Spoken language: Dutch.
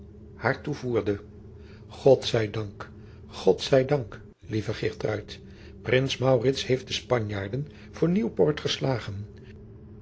haar toevoerde god zij dank god zij dank lieve geertruid prins maurits heeft de spanjaarden voor nieuwpoort geslagen